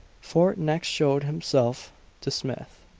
fort next showed himself to smith,